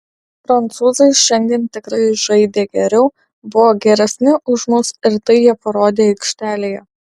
prancūzai šiandien tikrai žaidė geriau buvo geresni už mus ir tai jie parodė aikštelėje